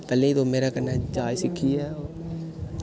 कल्लै गी तू मेरे कन्नै जाच सिक्खी ऐ